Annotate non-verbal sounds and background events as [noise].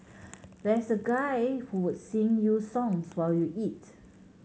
[unintelligible] there's a guy who would sing you songs while you eat